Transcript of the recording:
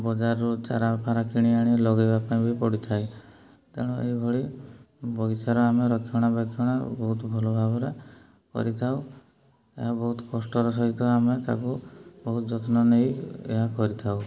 ବଜାରରୁ ଚାରାଫାରା କିଣି ଆଣି ଲଗେଇବା ପାଇଁ ବି ପଡ଼ିଥାଏ ତେଣୁ ଏହିଭଳି ବଗିଚାର ଆମେ ରକ୍ଷଣା ବେକ୍ଷଣ ବହୁତ ଭଲ ଭାବରେ କରିଥାଉ ଏହା ବହୁତ କଷ୍ଟର ସହିତ ଆମେ ତା'କୁ ବହୁତ ଯତ୍ନ ନେଇ ଏହା କରିଥାଉ